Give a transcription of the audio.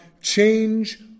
change